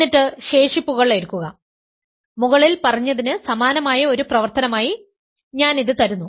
എന്നിട്ട് ശേഷിപ്പുകൾ എടുക്കുക മുകളിൽ പറഞ്ഞതിന് സമാനമായ ഒരു പ്രവർത്തനമായി ഞാൻ ഇത് തരുന്നു